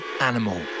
Animal